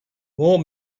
more